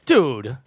Dude